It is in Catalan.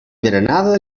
berenada